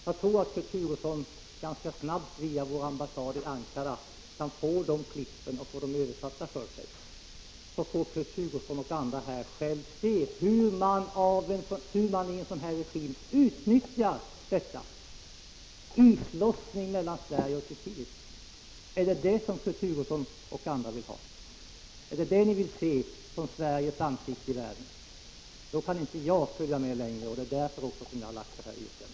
Jag tror att Kurt Hugosson via vår ambassad i Ankara ganska snabbt kan få artiklarna översatta, så att Kurt Hugosson och andra själva kan se hur man i en sådan här regim utnyttjar situationen. Man talar t.ex. om islossning mellan Sverige och Turkiet. Är det detta som Kurt Hugosson och andra vill ha? Är det den bild ni vill skall framstå som Sveriges ansikte i världen? Då kan inte jag följa med längre. Det är därför jag har framställt mitt yrkande.